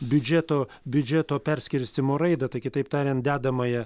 biudžeto biudžeto perskirstymo raidą tai kitaip tariant dedamąją